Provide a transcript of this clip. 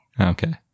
Okay